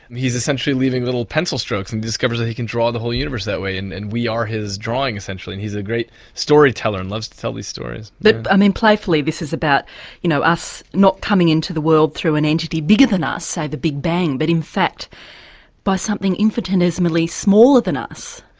he's essentially leaving little pencil strokes and discovers he can draw the whole universe that way and and we are his drawing, essentially. he's a great story teller and loves to tell these stories. but i mean playfully this is about you know us not coming in to the world through an entity bigger than us, say the big bang, but in fact by something infinitesimally smaller than us.